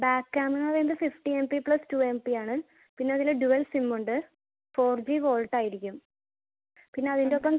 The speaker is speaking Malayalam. ബാക്ക് ക്യാമറ വരുന്നത് fifty M P plus two M പിയാണ് പിന്നതിൽ ഡ്യുവൽ സിമ്മുണ്ട് ഫോർ ജി വോൾട്ടായിരിക്കും പിന്നെ അതിൻറ്റൊപ്പം